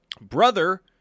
Brother